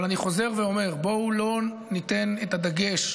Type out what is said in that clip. אני חוזר ואומר: בואו לא ניתן את הדגש.